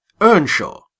Earnshaw